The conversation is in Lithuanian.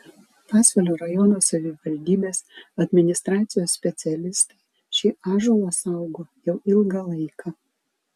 pasvalio rajono savivaldybės administracijos specialistai šį ąžuolą saugo jau ilgą laiką